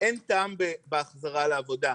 אין טעם בהחזרה לעבודה.